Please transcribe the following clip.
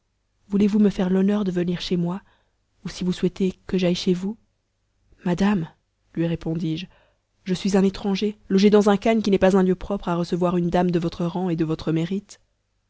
voulezvous me faire l'honneur de venir chez moi ou si vous souhaitez que j'aille chez vous madame lui répondis-je je suis un étranger logé dans un khan qui n'est pas un lieu propre à recevoir une dame de votre rang et de votre mérite